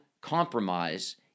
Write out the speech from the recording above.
compromise